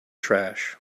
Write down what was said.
trash